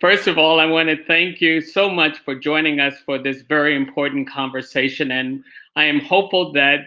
first of all, i want to thank you so much for joining us for this very important conversation, and i am hopeful that